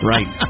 Right